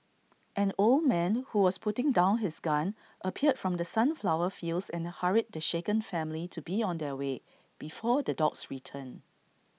an old man who was putting down his gun appeared from the sunflower fields and hurried the shaken family to be on their way before the dogs return